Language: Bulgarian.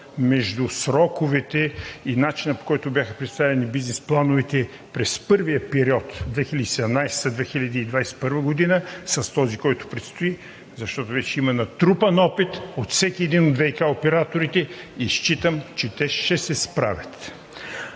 между сроковете и начина, по който бяха представени бизнес плановете през първия период – 2017 – 2021 г., с този, който предстои, защото вече има натрупан опит от всеки един от ВиК операторите и считам, че те ще се справят.